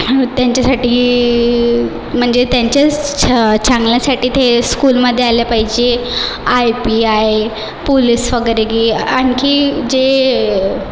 त्यांच्यासाठी म्हणजे त्यांच्याच चा चांगल्यासाठी ते स्कूलमध्ये आले पाहिजे आय पी आय पुलिस वगैरे की आणखी जे